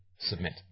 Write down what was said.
submit